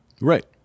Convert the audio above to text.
Right